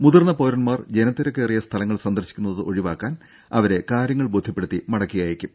മുതിർന്ന പൌരന്മാർ ജനത്തിരക്കേറിയ സ്ഥലങ്ങൾ സന്ദർശിക്കുന്നത് ഒഴിവാക്കാൻ അവരെ കാര്യങ്ങൾ ബോധ്യപ്പെടുത്തി മടക്കിഅയക്കും